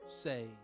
say